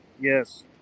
Yes